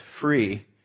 free